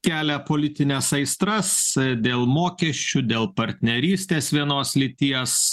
kelia politines aistras dėl mokesčių dėl partnerystės vienos lyties